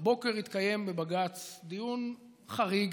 הבוקר התקיים בבג"ץ דיון חריג,